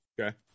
Okay